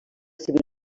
civil